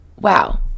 wow